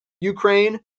Ukraine